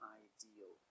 ideal